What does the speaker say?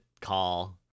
call